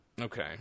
Okay